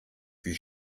wie